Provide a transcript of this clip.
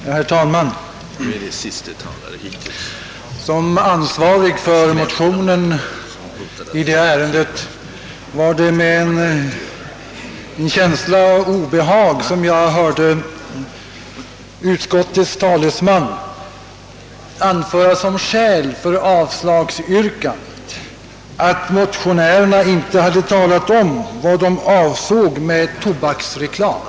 Herr talman! Eftersom jag är ansvarig för motionen i detta ärende var det med en känsla av obehag jag hörde utskottets talesman anföra som skäl för avslagsyrkandet att motionärerna inte hade talat om vad de avsåg med tobaksreklam.